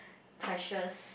precious